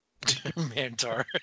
Mantar